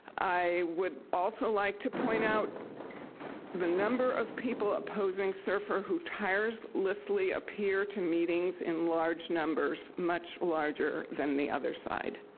i would also like to point out the number of people opposing serfr who tirelessly appear to meetings in large numbers, much larger than the other side.